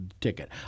ticket